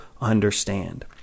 understand